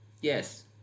Yes